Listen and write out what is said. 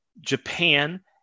Japan